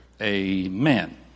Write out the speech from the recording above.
Amen